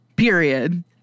Period